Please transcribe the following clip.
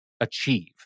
achieve